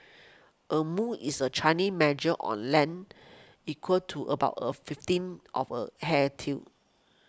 a mu is a measure or land equal to about a fifteenth of a hair till